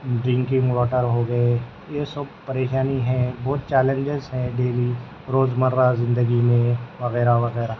drinking water ہو گئے یہ سب پریشانی ہیں بہت چیلنجز ہیں ڈیلی روزمرہ زندگی میں وغیرہ وغیرہ